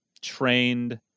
trained